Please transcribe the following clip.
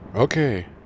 Okay